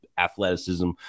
athleticism